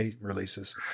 releases